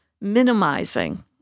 minimizing